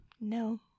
No